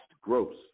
gross